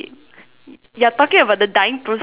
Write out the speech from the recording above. you're talking about the dying process is it